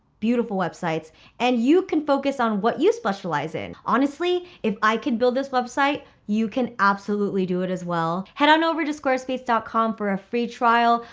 beautiful websites and you can focus on what you specialize in. honestly, if i can build this website, you can absolutely do it as well. head on over to squarespace comm for a free trial,